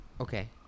Okay